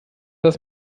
das